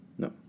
No